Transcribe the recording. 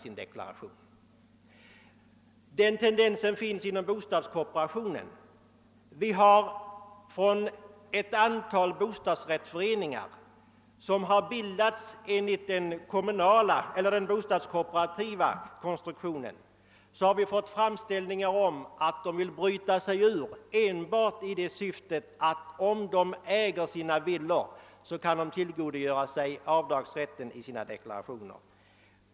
Den tendensen kommer också till uttryck inom bostadskooperationen. Från ett antal bostadsrättsföreningar, som bildats enligt den bostadskooperativa principen, har det kommit framställningar om att de skall få friköpa sina småhus, detta enbart därför att om medlemmarna äger sina villor kan de tillgodogöra sig avdragsrätten i sin deklaration.